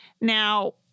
Now